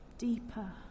deeper